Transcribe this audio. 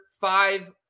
five